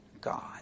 God